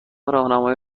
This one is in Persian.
راهنمایی